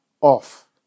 off